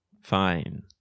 fine